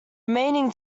remaining